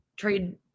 Trade